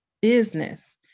business